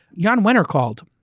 john winter called.